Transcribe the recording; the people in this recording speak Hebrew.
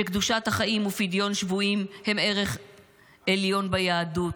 שקדושת החיים ופדיון שבויים הם ערך עליון ביהדות.